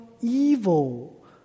evil